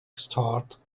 start